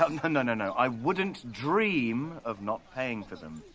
ah and and no no, i wouldn't dream of not paying for them.